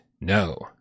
No